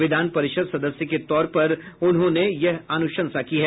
विधान परिषद सदस्य के तौर पर उन्होंने यह अनुशंसा की है